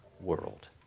world